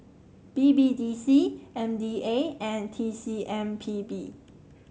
B B D C M D A and T C M P B